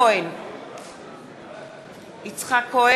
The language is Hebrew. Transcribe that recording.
איתן כבל, בעד אלי כהן, נגד יצחק כהן,